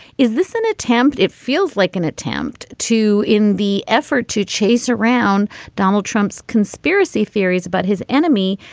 is this an attempt if feels like an attempt to in the effort to chase around donald trump's conspiracy theories about his enemy.